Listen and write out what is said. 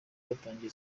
abatanga